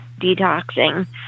detoxing